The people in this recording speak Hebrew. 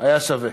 היה שווה.